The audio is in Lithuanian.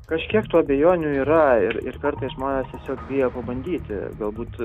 kažkiek tų abejonių yra ir ir kartais žmonės tiesiog bijo pabandyti galbūt